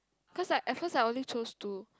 cause like at first I only choose two